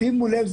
שימו לב,